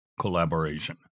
collaboration